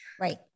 right